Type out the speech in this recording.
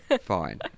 Fine